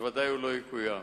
ובוודאי הוא לא יקוים.